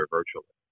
virtually